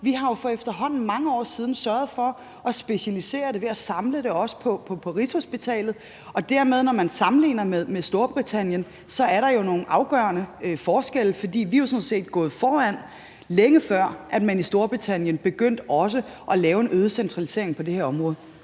Vi har jo for efterhånden mange år siden sørget for at specialisere det ved også at samle det på Rigshospitalet og dermed er der, når man sammenligner med Storbritannien, nogle afgørende forskelle. For vi er jo sådan set gået foran, længe før man i Storbritannien også begyndte at lave en øget centralisering på det her område.